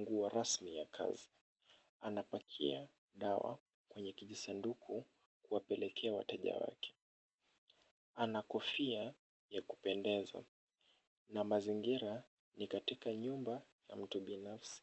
nguo rasmi ya kazi. Anapakia dawa kwenye kijisanduku kuwapelekea wateja wake. Ana kofia ya kupendeza na mazingira ni katika nyumba ya mtu binafsi.